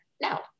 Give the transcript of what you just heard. now